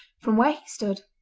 from where he stood,